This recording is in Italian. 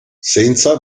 senza